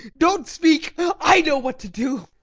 don't speak! i know what to do.